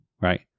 right